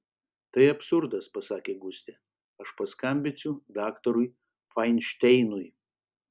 tai absurdas pasakė gustė aš paskambinsiu daktarui fainšteinui